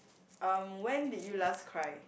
um when did you last cry